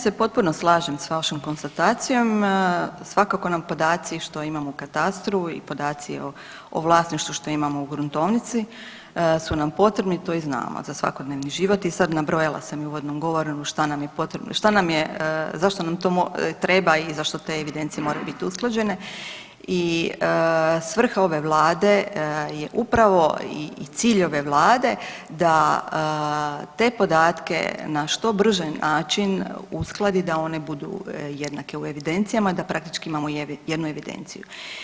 Ja se potpuno slažem s vašom konstatacijom, svakako nam podaci što imamo u katastru i podaci o vlasništvu što imamo u gruntovnici su nam potrebni to i znamo za svakodnevni život i sad nabrojala sam i u uvodnom govoru šta nam je potrebno, šta nam je, zašto nam to treba i zašto te evidencije moraju bit usklađene i svrha ove vlade je uprave i cilj ove vlade da te podatke na što brži način uskladi da oni budu jednake u evidencijama i da praktički imamo jednu evidenciju.